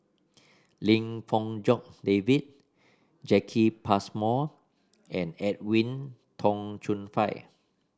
Lim Fong Jock David Jacki Passmore and Edwin Tong Chun Fai